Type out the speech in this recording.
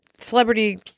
celebrity